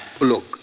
Look